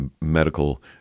medical